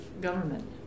government